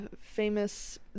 famous